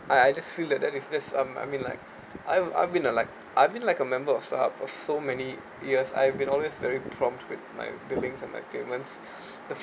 I I just feel that that is this um I mean like I've I've been a like I've been like a member of StarHub for so many years I've been always very prompt with my building and my equipments the